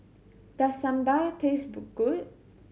does Sambar taste good